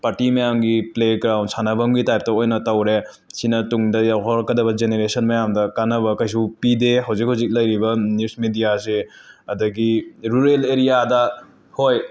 party ꯃꯌꯥꯝꯒꯤ playground ꯁꯥꯟꯅꯕꯝꯒꯤ ꯇꯥꯏꯞꯇ ꯇꯧꯔꯦ ꯁꯤꯅ ꯇꯨꯡꯗ ꯌ ꯍꯣꯔꯛꯀꯗꯕ ꯖꯦꯅꯔꯦꯁꯟ ꯃꯌꯥꯝꯗ ꯀꯥꯟꯅꯕ ꯀꯩꯁꯨ ꯄꯤꯗꯦ ꯍꯧꯖꯤꯛ ꯍꯧꯖꯤꯛ ꯂꯩꯔꯤꯕ ꯅ꯭ꯌꯨꯁ ꯃꯤꯗ꯭ꯌꯥꯁꯦ ꯑꯗꯒꯤ ꯔꯨꯔꯦꯜ ꯑꯦꯔꯤꯌꯥꯗ ꯍꯣꯏ